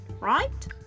right